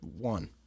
one